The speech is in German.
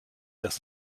dass